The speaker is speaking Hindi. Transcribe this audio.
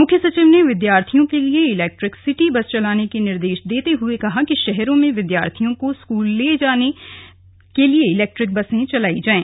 मुख्य सचिव ने विद्यार्थियों के लिए इलेक्ट्रिक सिटी बस चलाने के निर्देश देते हुए कहा कि शहरों में विद्यार्थियों को स्कूल लाने ले जाने के लिए इलेक्ट्रिक बसे चलाई जायें